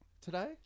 today